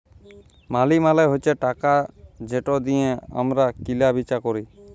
মালি মালে হছে টাকা যেট দিঁয়ে আমরা কিলা বিচা ক্যরি